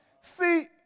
See